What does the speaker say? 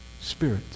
spirit